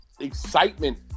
excitement